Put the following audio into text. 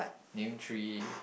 name three